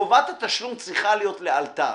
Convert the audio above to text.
חובת התשלום צריכה להיות לאלתר.